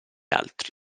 altri